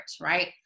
right